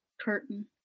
Curtain